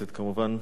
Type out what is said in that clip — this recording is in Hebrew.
כמובן,